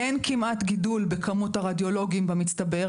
אין כמעט גידול בכמות הרדיולוגים במצטבר.